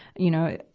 you know, ah,